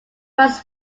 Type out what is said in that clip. rights